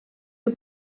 you